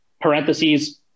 parentheses